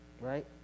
Right